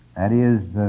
that is,